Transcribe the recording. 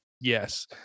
Yes